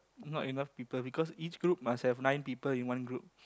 not enough people because each group must have nine people in one group